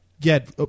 get